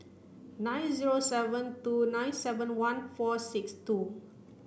nine zero seven two nine seven one four six two